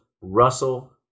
Russell